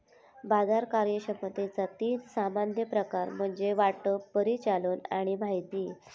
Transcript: बाजार कार्यक्षमतेचा तीन सामान्य प्रकार म्हणजे वाटप, परिचालन आणि माहिती